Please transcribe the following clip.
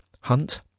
Hunt